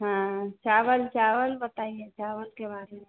हाँ चावल चावल बताइए चावल के बारे में